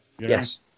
Yes